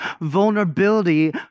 vulnerability